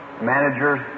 managers